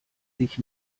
sich